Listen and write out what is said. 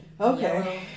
Okay